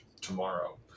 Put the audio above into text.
tomorrow